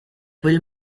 quel